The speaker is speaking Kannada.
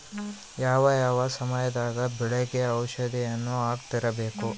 ಯಾವ ಯಾವ ಸಮಯದಾಗ ಬೆಳೆಗೆ ಔಷಧಿಯನ್ನು ಹಾಕ್ತಿರಬೇಕು?